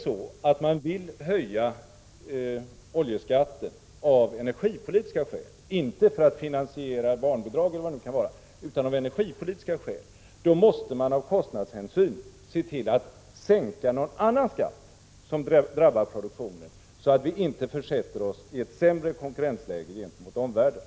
Vill man höja oljeskatten av energipolitiska skäl — inte för att finansiera barnbidrag eller vad det kan vara — måste man av kostnadshänsyn se till att sänka någon annan skatt som drabbar produktionen, så att vi inte försätter oss i ett sämre konkurrensläge gentemot omvärlden.